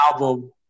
album